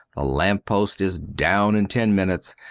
lamp-post is down in ten minutes,